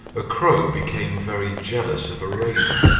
a crow became very jealous of a raven,